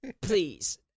please